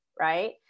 right